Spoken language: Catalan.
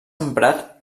emprat